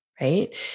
Right